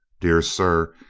dear sir,